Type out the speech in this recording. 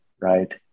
right